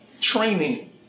training